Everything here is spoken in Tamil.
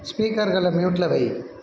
ஸ்பீக்கர்களை மியூட்டில் வை